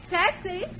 taxi